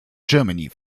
germany